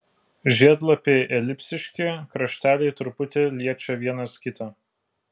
žiedlapiai elipsiški krašteliai truputį liečia vienas kitą